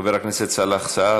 חבר הכנסת סאלח סעד,